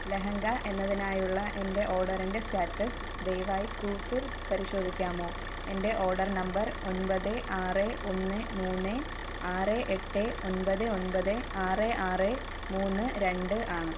ലെഹങ്ക എന്നതിനായുള്ള എൻ്റെ ഓഡറിൻ്റെ സ്റ്റാറ്റസ് ദയവായി കൂവ്സിൽ പരിശോധിക്കാമോ എൻ്റെ ഓഡർ നമ്പർ ഒൻമ്പത് ആറ് ഒന്ന് മൂന്ന് ആറ് എട്ട് ഒൻപത് ഒൻപത് ആറ് ആറ് മൂന്ന് രണ്ട് ആണ്